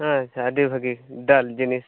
ᱟᱪᱪᱷᱟ ᱟᱹᱰᱤ ᱵᱷᱟᱹᱜᱤ ᱫᱟᱹᱞ ᱡᱤᱱᱤᱥ